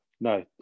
No